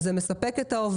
אם זה מספק את העובדים.